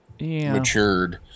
matured